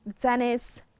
Dennis